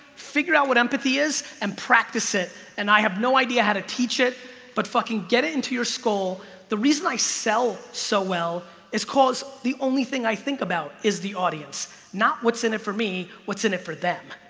figure out what empathy is and practice it and i have no idea how to teach it but fucking get it into your skull the reason i sell so well is cause the only thing i think about is the audience not what's in it for me what's in it for them?